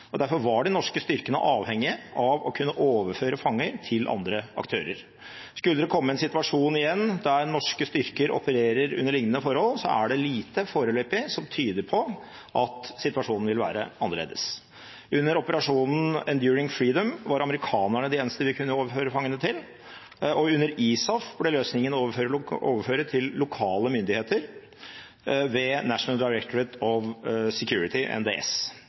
Derfor var de norske styrkene avhengige av å kunne overføre fanger til andre aktører. Skulle det komme en situasjon igjen der norske styrker opererer under lignende forhold, er det lite foreløpig som tyder på at situasjonen vil være annerledes. Under Operation Enduring Freedom var amerikanerne de eneste vi kunne overføre fangene til, og under ISAF ble løsningen å overføre til lokale myndigheter ved National Directorate for Security, NDS.